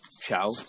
ciao